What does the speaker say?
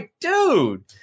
dude